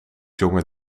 jonge